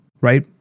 Right